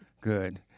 Good